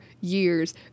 years